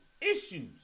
issues